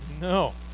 No